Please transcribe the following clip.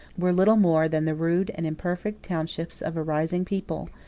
were little more than the rude and imperfect townships of a rising people,